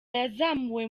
yazamuwe